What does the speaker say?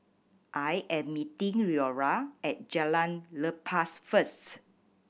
I am meeting Leora at Jalan Lepas first